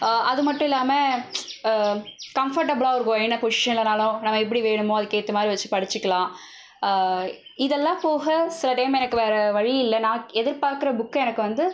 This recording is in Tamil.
அது மட்டும் இல்லாமல் கம்ஃபர்டபுலாவும் இருக்கும் என்ன பொசிஷன்லனாலும் நம்ம எப்படி வேணுமோ அதுக்கேற்ற மாதிரி வச்சு படிச்சுக்கலாம் இதெல்லாம் போக சில டைம் எனக்கு வேறு வழி இல்லை நான் எதிர்பார்க்கிற புக்கு எனக்கு வந்து